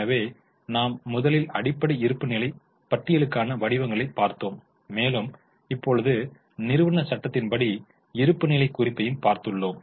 எனவே நாம் முதலில் அடிப்படை இருப்புநிலை பட்டியலுக்கான வடிவங்களைப் பார்த்தோம் மேலும் இப்பொழுது நிறுவனச் சட்டத்தின்படி இருப்புநிலைக் குறிப்பையும் பார்த்துள்ளோம்